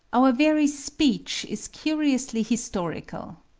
our very speech is curiously historical.